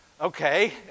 Okay